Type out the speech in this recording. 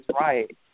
right